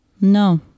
No